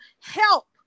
help